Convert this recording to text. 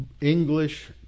English